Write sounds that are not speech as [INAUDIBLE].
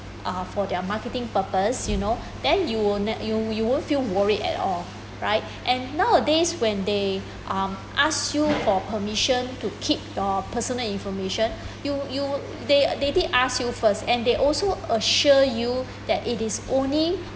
uh for their marketing purpose you know [BREATH] then you you won't feel worried at all right [BREATH] and nowadays when they [BREATH] um ask you for permission to keep your personal information [BREATH] you you they they did ask you first and they also assure you [BREATH] that it is only